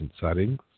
settings